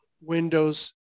windows